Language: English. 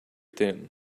thin